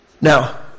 Now